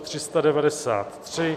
393.